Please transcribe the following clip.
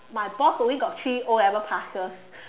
my boss only got three o-level passes